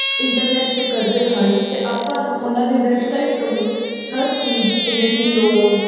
internet 'ਤੇ ਕਰਦੇ ਹਨ ਅਤੇ ਆਪਾਂ ਨੂੰ ਉਹਨਾਂ ਦੀ ਵੈਬਸਾਈਟ ਤੋਂ ਹੀ ਹਰ ਚੀਜ਼ ਜਿਵੇਂ ਕਿ ਲੋਨ